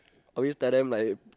always talk them like